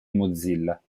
mozilla